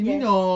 yes